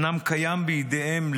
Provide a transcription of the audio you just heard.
אומנם קיים בידיהם,